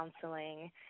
counseling